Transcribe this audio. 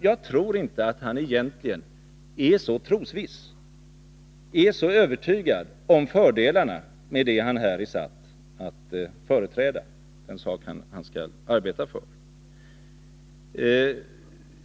Jag tror nämligen inte att han är så trosviss, så övertygad om fördelarna med det som han här är satt att arbeta för.